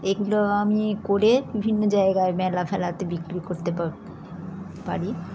এগুলো আমি করে বিভিন্ন জায়গার মেলা ফেলাতে বিক্রি করতে পারি